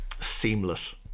Seamless